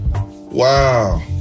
Wow